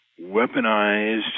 weaponized